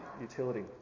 utility